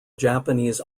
japanese